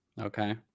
Okay